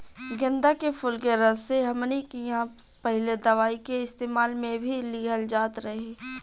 गेन्दा के फुल के रस से हमनी किहां पहिले दवाई के इस्तेमाल मे भी लिहल जात रहे